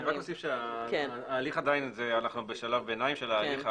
אני רק אוסיף שאנחנו בשלב ביניים של ההליך.